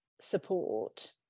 support